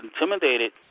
intimidated